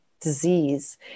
disease